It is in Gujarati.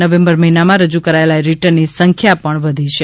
નવેમ્બર મહિનામાં રજૂ કરાયેલા રિટર્નની સંખ્યા પણ વધી છે